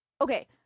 okay